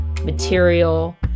material